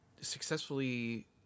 Successfully